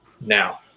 Now